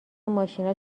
ماشینا